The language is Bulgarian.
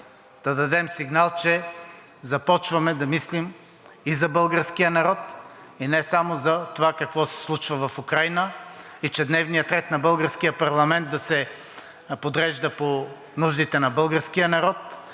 да дадем сигнал, че започваме да мислим и за българския народ и не само за това какво се случва в Украйна и че дневният ред на българския парламент се подрежда по нуждите на българския народ,